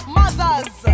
mothers